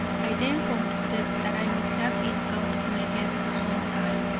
i then concluded that i must have been out of my head for some time,